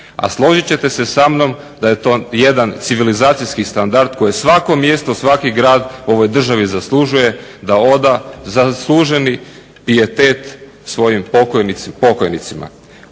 A složit ćete se sa mnom da je to jedan civilizacijski standard koje svako mjesto, svaki grad u ovoj državi zaslužuje da oda, zasluženi pijetet svojim pokojnicima.